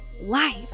life